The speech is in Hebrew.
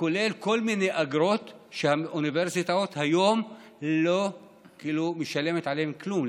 כולל כל מיני אגרות כשהאוניברסיטאות היום לא משלמות עליהם כלום.